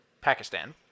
Pakistan